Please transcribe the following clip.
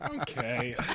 okay